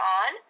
on